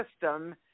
system